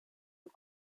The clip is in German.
und